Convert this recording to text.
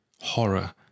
Horror